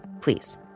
please